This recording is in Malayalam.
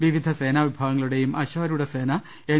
വിവിധ സേനാവിഭാ ഗങ്ങളുടെയും അശ്വാരൂഢ സേന എൻ